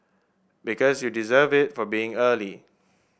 because you deserve it for being early